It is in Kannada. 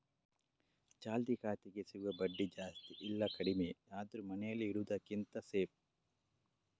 ಚಾಲ್ತಿ ಖಾತೆಗೆ ಸಿಗುವ ಬಡ್ಡಿ ಜಾಸ್ತಿ ಇಲ್ಲ ಕಡಿಮೆಯೇ ಆದ್ರೂ ಮನೇಲಿ ಇಡುದಕ್ಕಿಂತ ಸೇಫ್